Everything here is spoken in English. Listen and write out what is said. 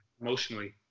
emotionally